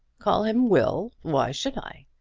call him will! why should i?